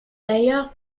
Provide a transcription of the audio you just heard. d’ailleurs